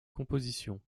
compositions